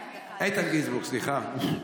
איתן גינזבורג, סליחה.